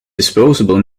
disposable